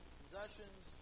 possessions